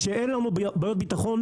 שאין לנו בעיות ביטחון,